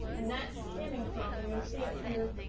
and that's stemming from you'll see up here,